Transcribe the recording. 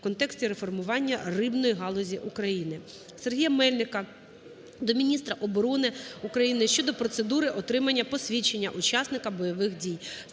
в контексті реформування рибної галузі України. Сергія Мельника до міністра оборони України щодо процедури отримання посвідчення учасника бойових дій.